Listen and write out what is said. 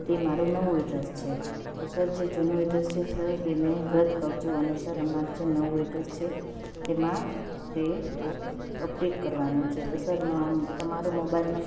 તે મારું નવું એડ્રેસ છે તો સર જે જૂનું એડ્રેસ છે સર તેને રદ કરજો અને સર અમારું જે નવું એડ્રેસ છે તેમાં તે અપડેટ કરવાનો છે તો સર તમારું મોબાઈલ નંબર